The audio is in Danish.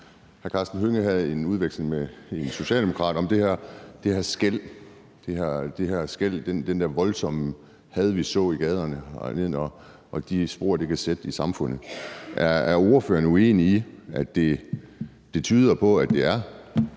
Hr. Karsten Hønge havde en udveksling med en socialdemokrat om det her skel, det her voldsomme had, vi så i gaderne, og de spor, det kan sætte i samfundet. Er ordføreren uenig i, at det tyder på, at det er